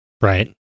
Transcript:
right